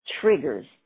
triggers